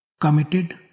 committed